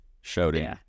shouting